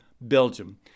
Belgium